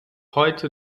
heute